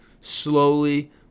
slowly